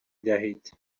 دهید